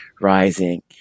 rising